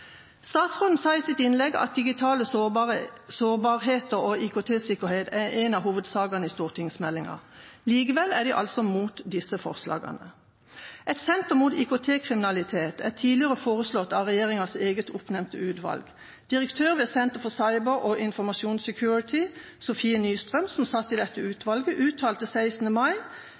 Statsråden sa i sitt innlegg at digital sårbarhet og IKT-sikkerhet er en av hovedsakene i stortingsmeldinga. Likevel er de altså mot disse forslagene. Et senter mot IKT-kriminalitet er tidligere foreslått av regjeringas eget oppnevnte utvalg. Direktør for Center for Cyber and Information Security, Sofie Nystrøm, som satt i dette utvalget, uttalte 16. mai